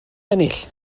ennill